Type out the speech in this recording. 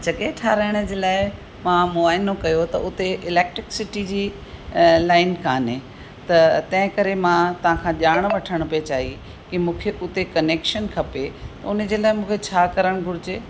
त जॻहि ठहिराइण जे लाइ मां मुआइनो कयो त उते इलैक्ट्रिक सिटी जी लाइन काने त तंहिं करे मां तव्हां खां ॼाण वठण पिए चाही कि मूंखे उते कनैक्शन खपे उन जे लाइ मूंखे छा करणु घुर्जे